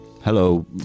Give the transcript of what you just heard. Hello